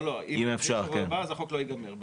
לא, לא, אם שבוע הבא אז החוק לא ייגמר בזמן.